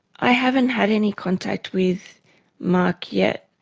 i haven't had any contact with mark yet,